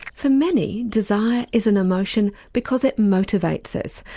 for many, desire is an emotion because it motivates us,